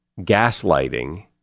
gaslighting